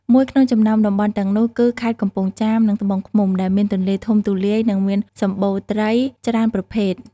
មួយក្នុងចំណោមតំបន់ទាំងនោះគឺ ខេត្តកំពង់ចាម និងត្បូងឃ្មុំ ដែលមានទន្លេធំទូលាយ និងមានសម្បូរត្រីច្រើនប្រភេទ។